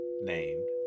named